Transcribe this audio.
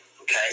Okay